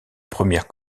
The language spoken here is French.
première